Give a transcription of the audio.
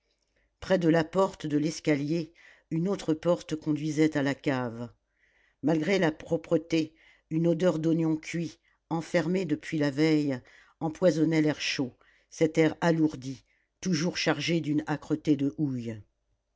près de la porte de l'escalier une autre porte conduisait à la cave malgré la propreté une odeur d'oignon cuit enfermée depuis la veille empoisonnait l'air chaud cet air alourdi toujours chargé d'une âcreté de houille